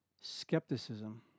skepticism